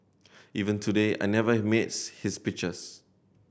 even today I never miss his speeches